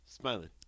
smiling